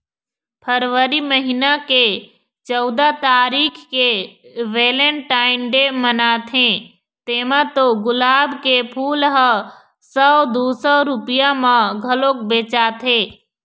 फरवरी महिना के चउदा तारीख के वेलेनटाइन डे मनाथे तेमा तो गुलाब के फूल ह सौ दू सौ रूपिया म घलोक बेचाथे